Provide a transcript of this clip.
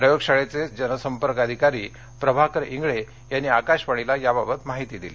प्रयोग शाळेचे जनसपंर्क अधिकारी प्रभाकर इंगळे यांनी आकाशवाणीला याबाबत माहिती दिली